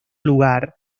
lugar